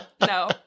no